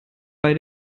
bei